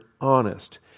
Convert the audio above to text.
honest